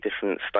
different